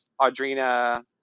Audrina